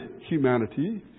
humanity